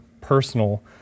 personal